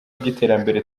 by’iterambere